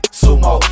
sumo